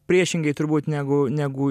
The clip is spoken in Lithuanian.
priešingai turbūt negu negu